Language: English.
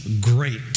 great